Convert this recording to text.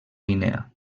guinea